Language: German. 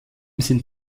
sind